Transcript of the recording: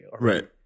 Right